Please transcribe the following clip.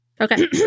Okay